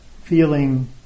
feeling